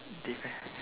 different